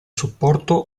supporto